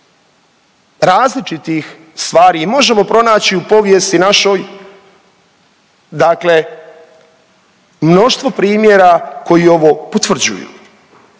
različitih stvari i možemo pronaći u povijesti našoj, dakle mnoštvo primjera koji ovo potvrđuju.